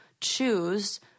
choose